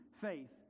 faith